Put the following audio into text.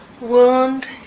Wound